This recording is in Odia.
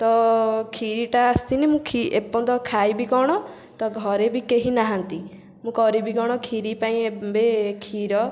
ତ ଖିରିଟା ଆସିନି ମୁଁ ଖି ଏପର୍ଯ୍ୟନ୍ତ ଖାଇବି କ'ଣ ତ ଘରେ ବି କେହି ନାହାନ୍ତି ମୁଁ କରିବି କ'ଣ ଖିରି ପାଇଁ ଏବେ କ୍ଷୀର